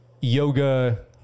yoga